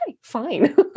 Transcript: fine